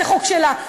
זה חוק שלה.